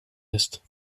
ist